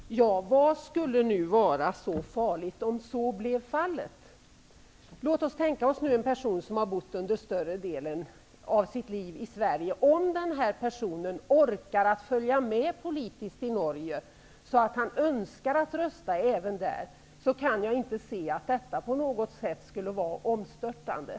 Herr talman! Ja, varför skulle det vara så farligt, om så blev fallet? Låt oss tänka på en sådan här person som har bott under större delen av sitt liv i Sverige. Om denna person orkar följa med politiskt i Norge och önskar rösta även där, kan jag inte se att detta på något sätt skulle vara omstörtande.